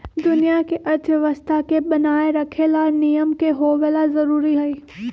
दुनिया के अर्थव्यवस्था के बनाये रखे ला नियम के होवे ला जरूरी हई